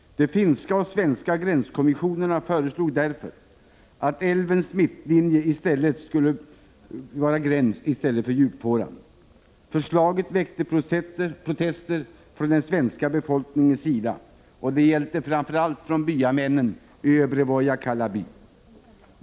De finska och svenska gränskommissionerna föreslog därför att älvens mittlinje skulle vara gränsen i stället för djupfåran. Förslaget väckte protester från den svenska lokalbefolkningens sida; det gällde framför allt byamännen i Övre Vojakkala by.